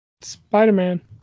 Spider-Man